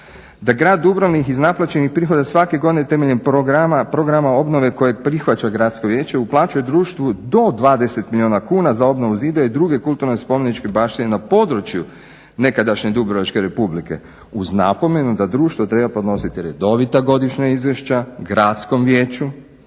da grad Dubrovnik iz naplaćenih prihoda svake godine temeljem programa obnove kojeg prihvaća Gradsko vijeće uplaćuje društvu do 20 milijuna kuna za obnove zidina i druge kulturne spomeničke baštine na području nekadašnje Dubrovačke Republike uz napomenu da društvo treba podnositi redovita godišnja izvješća Gradskom vijeću